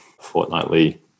fortnightly